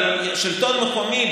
אבל השלטון המקומי,